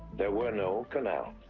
there were no canals,